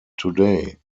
today